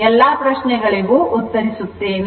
ಎಲ್ಲಾ ಪ್ರಶ್ನೆಗಳಿಗೆ ಉತ್ತರಿಸುತ್ತೇನೆ